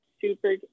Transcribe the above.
super